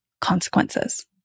consequences